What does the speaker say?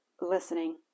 listening